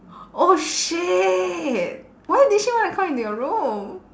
oh shit why did she want to come into your room